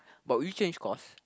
but would you change course